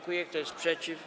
Kto jest przeciw?